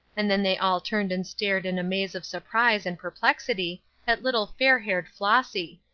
and then they all turned and stared in a maze of surprise and perplexity at little fair-haired flossy.